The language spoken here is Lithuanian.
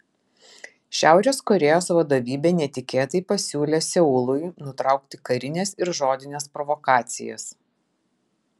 šiaurės korėjos vadovybė netikėtai pasiūlė seului nutraukti karines ir žodines provokacijas